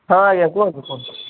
ହଁ ଆଜ୍ଞା କୁହନ୍ତୁ କୁହନ୍ତୁ